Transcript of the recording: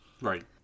Right